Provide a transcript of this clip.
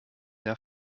der